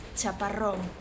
chaparrón